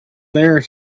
there